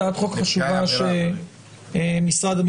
הצעת החוק החשובה של המרכז לגביית קנסות,